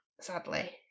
Sadly